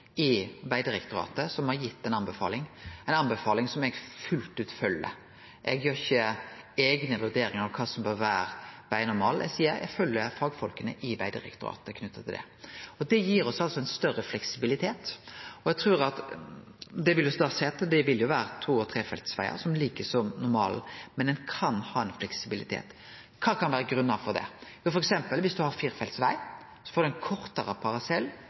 i Vegdirektoratet som har gitt ei anbefaling – ei anbefaling som eg fullt ut følgjer. Eg gjer ikkje eigne vurderingar av kva som bør vere vegnormalen, eg følgjer fagfolka i Vegdirektoratet når det gjeld det. Det gir oss altså større fleksibilitet. Det vil da seie at det vil vere to- og trefeltsvegar som ligg som normalen, men ein kan ha fleksibilitet. Kva grunnar kan det vere til det? Jo, viss ein f.eks. har firefeltsveg, får ein ein kortare parsell med berre to- og trefeltsveg, og så får ein ein